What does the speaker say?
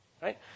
Right